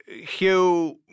Hugh